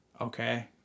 okay